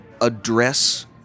address